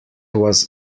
was